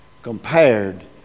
Compared